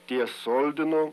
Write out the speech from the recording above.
ties soldinu